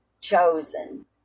chosen